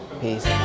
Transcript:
peace